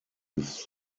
give